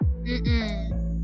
mm-mm